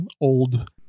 old